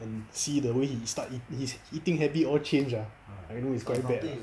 I see the way he start eating his eating habit all change ah I know it's quite bad